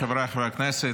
חבריי חברי הכנסת,